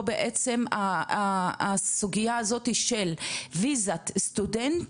בעצם הסוגייה הזאתי של וויזת סטודנט